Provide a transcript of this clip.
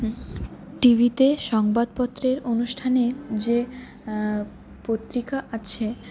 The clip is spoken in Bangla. টিভিতে সংবাদপত্রের অনুষ্ঠানে যে পত্রিকা আছে